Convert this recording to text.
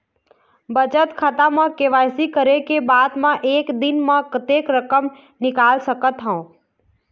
बचत खाता म के.वाई.सी करे के बाद म एक दिन म कतेक रकम निकाल सकत हव?